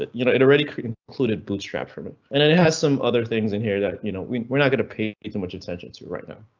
it you know it already included bootstrap from it and it it has some other things in here that you know we're not going to pay. even much attention to right now.